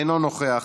אינו נוכח,